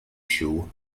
show